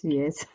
yes